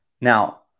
Now